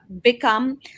become